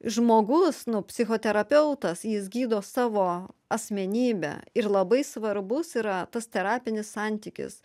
žmogus nu psichoterapeutas jis gydo savo asmenybe ir labai svarbus yra tas terapinis santykis